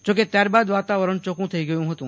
જો કે ત્યારે બાદ વાતાવરણ ચોખ્ખુ થઈ ગયુ ફતું